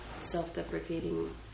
self-deprecating